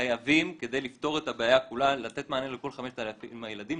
חייבים כדי לפתור את הבעיה כולה לתת מענה לכל 5,000 הילדים,